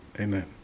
amen